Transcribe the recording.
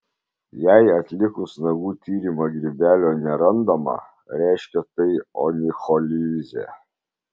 jei atlikus nagų tyrimą grybelio nerandama reiškia tai onicholizė